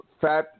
fat